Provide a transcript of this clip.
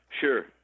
Sure